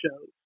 shows